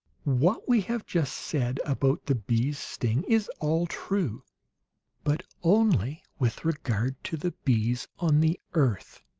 what we have just said about the bee's sting is all true but only with regard to the bees on the earth.